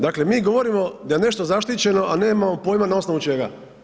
Dakle mi govorimo da je nešto zaštićeno, a nemamo pojma na osnovu čega.